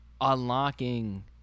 unlocking